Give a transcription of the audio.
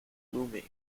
gloomy